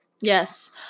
Yes